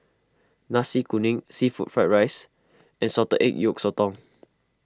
Nasi Kuning Seafood Fried Rice and Salted Egg Yolk Sotong